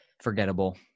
Forgettable